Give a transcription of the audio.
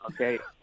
Okay